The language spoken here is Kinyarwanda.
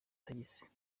tagisi